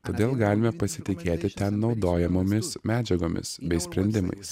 todėl galime pasitikėti ten naudojamomis medžiagomis bei sprendimais